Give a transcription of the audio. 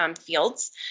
fields